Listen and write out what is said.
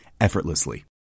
effortlessly